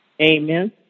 amen